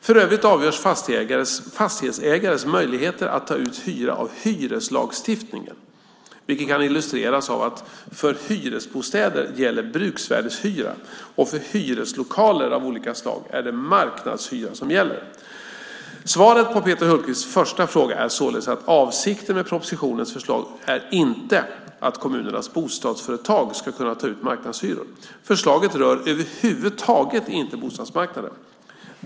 För övrigt avgörs fastighetsägares möjligheter att ta ut hyra av hyreslagstiftningen, vilket kan illustreras av att för hyresbostäder gäller bruksvärdeshyra och för hyreslokaler av olika slag är det marknadshyra som gäller. Svaret på Peter Hultqvists första fråga är således att avsikten med propositionens förslag inte är att kommunernas bostadsföretag ska kunna ta ut marknadshyror. Förslagen rör över huvud taget inte bostadsmarknaden.